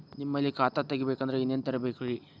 ನಿಮ್ಮಲ್ಲಿ ಖಾತಾ ತೆಗಿಬೇಕಂದ್ರ ಏನೇನ ತರಬೇಕ್ರಿ?